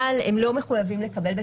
אבל הם לא מחויבים לקבל,